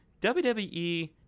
WWE